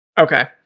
Okay